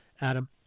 adam